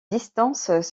distances